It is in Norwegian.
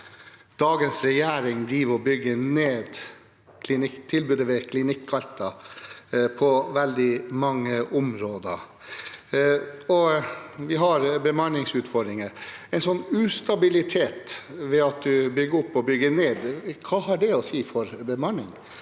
dagens regjering driver og bygger ned tilbudet ved Klinikk Alta på veldig mange områder, og vi har bemanningsutfordringer. En ustabilitet ved at man bygger opp og bygger ned – hva har det å si for bemanning